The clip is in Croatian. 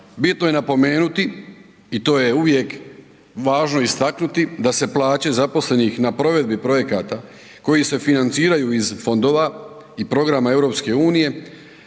Bitno je napomenuti i to je uvijek važno istaknuti da se plaće zaposlenih na provedbi projekata koji se financiraju iz fondova i programa EU